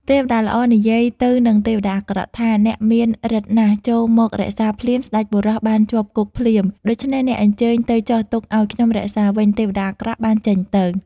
ទេវតាល្អនិយាយទៅនឹងទេវតាអាក្រក់ថា “អ្នកមានរិទ្ធិណាស់ចូលមករក្សាភ្លាមស្តេចបុរសបានជាប់គុកភ្លាមដូច្នេះអ្នកអញ្ជើញទៅចុះទុកអោយខ្ញុំរក្សាវិញ ទេវតាអាក្រក់បានចេញទៅ។